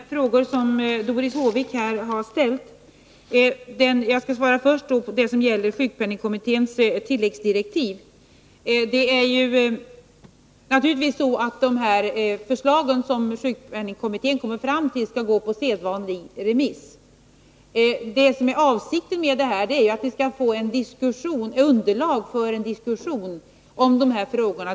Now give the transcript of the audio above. Herr talman! Jag skall svara på de frågor som Doris Håvik ställde, och jag vill först ta upp den fråga som gällde sjukpenningkommitténs tilläggsdirektiv. Det är naturligtvis så att de förslag som sjukpenningkommittén kommer fram till skall gå ut på sedvanlig remiss. Avsikten med direktiven i det här avseendet är ju att vi skall få underlag för en diskussion om dessa frågor.